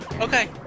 okay